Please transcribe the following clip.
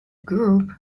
group